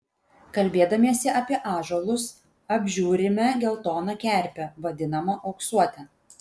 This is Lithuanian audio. kalbėdamiesi apie ąžuolus apžiūrime geltoną kerpę vadinamą auksuote